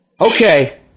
Okay